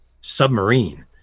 submarine